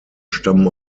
stammen